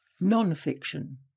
Non-fiction